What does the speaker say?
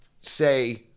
say